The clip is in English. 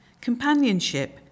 Companionship